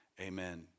Amen